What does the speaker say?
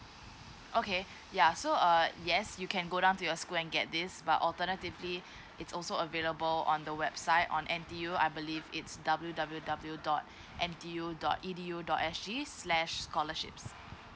okay ya so err yes you can go down to your school and get this but alternatively it's also available on the website on N_T_U I believe it's W W W dot N T U dot E D U dot S G slash scholarships